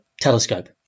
telescope